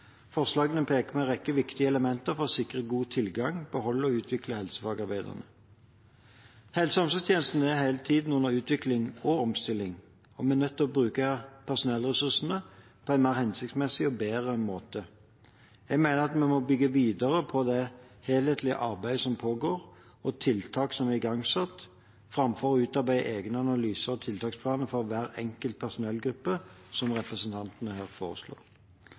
Forslagene peker på en rekke viktige elementer for å sikre god tilgang til, beholde og utvikle helsefagarbeiderne. Helse- og omsorgstjenesten er hele tiden under utvikling og omstilling, og vi er nødt til å bruke personellressursene på en mer hensiktsmessig og bedre måte. Jeg mener at vi må bygge videre på det helhetlige arbeidet som pågår, og tiltak som er igangsatt, framfor å utarbeide egne analyser og tiltaksplaner for hver enkelt personellgruppe, som representantene her foreslår.